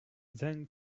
then